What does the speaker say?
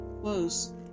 close